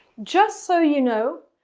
just so you know,